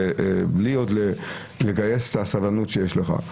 בלי עוד לגייס את הסבלנות שיש לך.